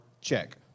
check